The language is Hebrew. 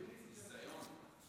ביזיון.